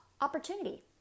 opportunity